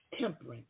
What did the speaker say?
temperance